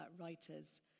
writers